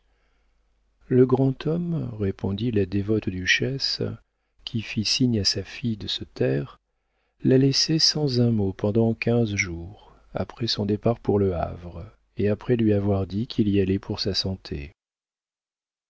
le grand homme répondit la dévote duchesse qui fit signe à sa fille de se taire l'a laissée sans un mot pendant quinze jours après son départ pour le havre et après lui avoir dit qu'il y allait pour sa santé